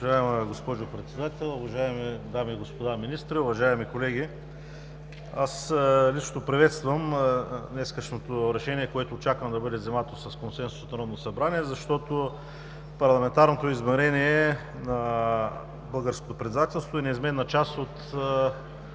Уважаема госпожо Председател, дами и господа министри, уважаеми колеги! Аз лично приветствам днешното решение, което очаквам да бъде взето с консенсус от Народното събрание, защото парламентарното измерение на българското председателство е неизменна част от